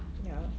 ya